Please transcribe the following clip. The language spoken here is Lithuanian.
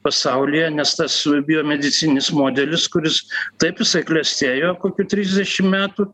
pasaulyje nes tas biomedicininis modelis kuris taip jisai klestėjo kokių trisdešimt metų